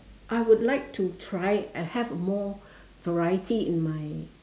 I would like to try uh have more variety in my